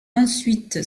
ensuite